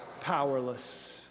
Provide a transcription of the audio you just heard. Powerless